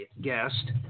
guest